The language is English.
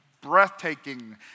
breathtaking